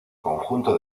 conjunto